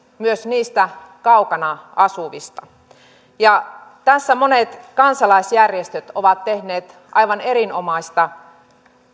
myös niistä kaukana asuvista tässä monet kansalaisjärjestöt ovat tehneet aivan erinomaista